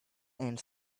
and